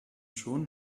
schon